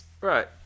Right